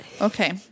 Okay